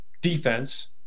defense